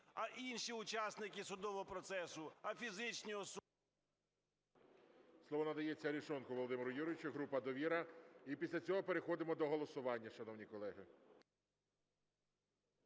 А інші учасники судового процесу, а фізичні… ГОЛОВУЮЧИЙ. Слово надається Арешонкову Володимиру Юрійовичу, група "Довіра". І після цього переходимо до голосування, шановні колеги.